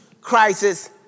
crisis